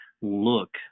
look